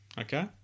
Okay